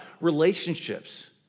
relationships